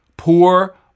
Poor